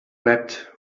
wept